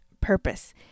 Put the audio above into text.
purpose